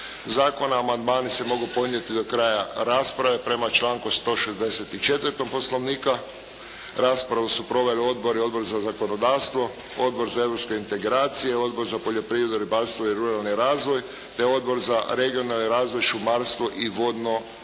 Zakona amandmani se mogu podnijeti do kraja rasprave prema članku 164. Poslnovnika. Raspravu su proveli odbori: Odbor za zakonodavstvo, Odbor za europske integracije, Odbor za poljoprivredu, ribarstvo i ruralni razvoj te Odbor za regionalni razvoj, šumarstvo i vodno